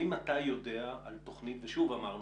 ושוב אמרנו,